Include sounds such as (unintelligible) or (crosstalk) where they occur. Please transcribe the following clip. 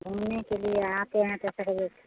घूमने के लिए आते हैं तबतक (unintelligible)